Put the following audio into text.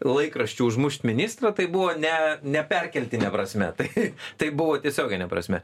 laikraščiu užmušt ministrą tai buvo ne ne perkeltine prasme tai tai buvo tiesiogine prasme